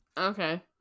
Okay